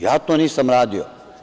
Ja to nisam radio.